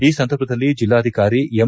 ಈ ಸಂದರ್ಭದಲ್ಲಿ ಜಿಲ್ನಾಧಿಕಾರಿ ಎಂ